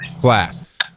class